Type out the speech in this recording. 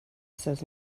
says